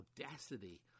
audacity